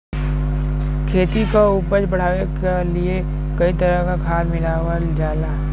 खेती क उपज बढ़ावे क लिए कई तरह क खाद मिलावल जाला